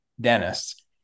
dentists